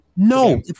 No